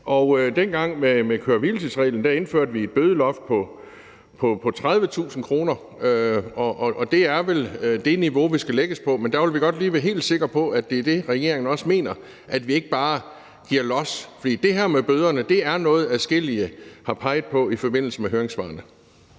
Dengang med køre-hvile-tids-reglerne indførte vi et bødeloft på 30.000 kr., og det er vel det niveau, det skal lægges på. Men vi vil godt lige være helt sikre på, at det er det, regeringen også mener, altså at vi ikke bare giver los. For det her med bøderne er noget, som adskillige har peget på i forbindelse med høringssvarene.